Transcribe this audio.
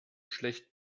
schlecht